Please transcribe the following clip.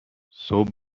صبح